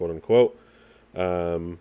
quote-unquote